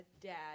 dad